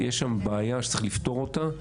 יש שם בעיה שצריך לפתור אותה,